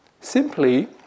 simply